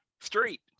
Street